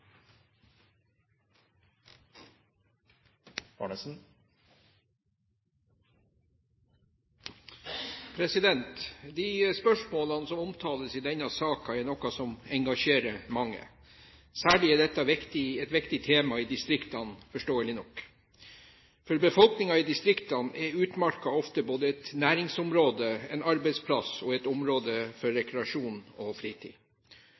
minutter. De spørsmålene som omtales i denne saken, er noe som engasjerer mange. Særlig er dette et viktig tema i distriktene – forståelig nok. For befolkningen i distriktene er utmarka ofte både et næringsområde, en arbeidsplass og et område for rekreasjon og fritid.